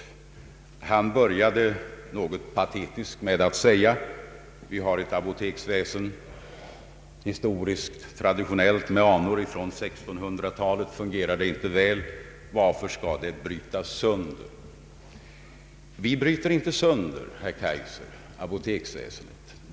Herr Kaijser började något patetiskt med att säga, att vi har ett apoteksväsende med anor från 1600-talet. Fungerar det inte väl? Varför skall det brytas sönder? Vi bryter inte, herr Kaijser, sönder apoteksväsendet.